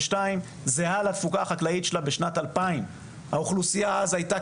זהה לתפוקה החקלאית שלה בשנת 2000. האוכלוסייה הייתה